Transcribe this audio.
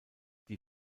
die